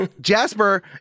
jasper